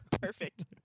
Perfect